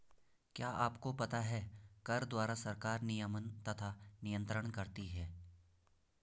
क्या आपको पता है कर द्वारा सरकार नियमन तथा नियन्त्रण करती है?